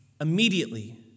Immediately